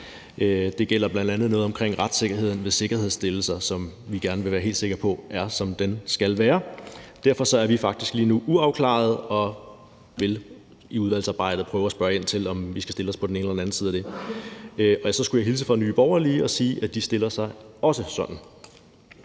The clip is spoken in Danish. Det gælder bl.a. noget omkring retssikkerheden ved sikkerhedsstillelser, som vi gerne vil være helt sikre på er, som den skal være. Derfor er vi faktisk lige nu uafklarede og vil i udvalgsarbejdet prøve at spørge ind og se, om vi skal stille os på den ene eller den anden side. Så skulle jeg hilse fra Nye Borgerlige og sige, at de også stiller sig sådan.